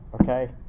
Okay